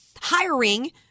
hiring